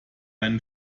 einen